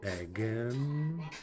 again